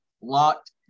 locked